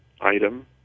item